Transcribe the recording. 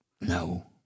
No